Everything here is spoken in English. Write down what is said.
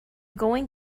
going